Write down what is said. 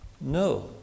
No